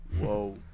Whoa